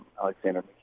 Alexander